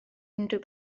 unrhyw